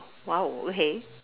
!wow! okay